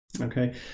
okay